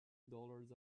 dollars